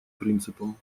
принципом